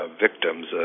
victims